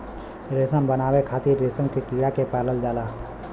रेशम बनावे खातिर रेशम के कीड़ा के पालल जाला